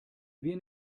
wir